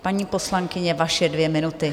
Paní poslankyně, vaše dvě minuty.